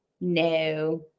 No